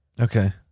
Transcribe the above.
Okay